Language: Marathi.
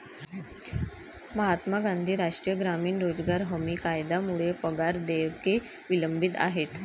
महात्मा गांधी राष्ट्रीय ग्रामीण रोजगार हमी कायद्यामुळे पगार देयके विलंबित आहेत